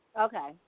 Okay